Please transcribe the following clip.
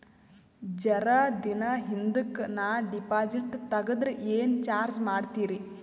ಜರ ದಿನ ಹಿಂದಕ ನಾ ಡಿಪಾಜಿಟ್ ತಗದ್ರ ಏನ ಚಾರ್ಜ ಮಾಡ್ತೀರಿ?